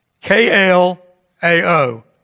K-L-A-O